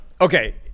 Okay